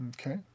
Okay